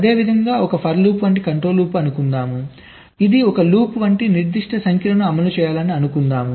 అదేవిధంగా ఒక FOR loop వంటి కంట్రోల్ లూప్ గా అనుకుందాం ఇది ఒక లూప్ వంటి నిర్దిష్ట సంఖ్యలను అమలు చేయాలని అనుకుందాం